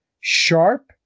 Sharp